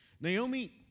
Naomi